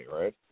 right